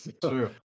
True